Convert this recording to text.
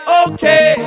okay